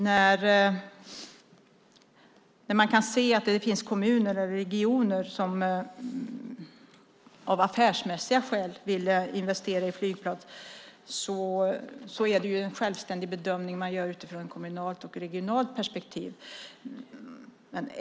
När kommuner och regioner av affärsmässiga skäl vill investera i flygplatser är det ju en självständig bedömning man gör utifrån ett kommunalt och regionalt perspektiv.